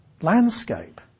landscape